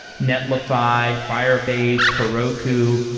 netlify, firebase, heroku.